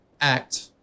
act